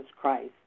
Christ